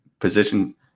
position